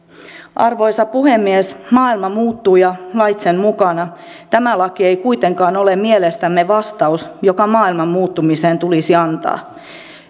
arvoisa puhemies maailma muuttuu ja lait sen mukana tämä laki ei kuitenkaan ole mielestämme vastaus joka maailman muuttumiseen tulisi antaa